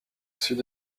sud